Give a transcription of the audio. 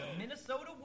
Minnesota